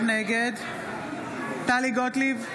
נגד טלי גוטליב,